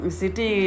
city